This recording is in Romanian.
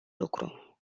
lucru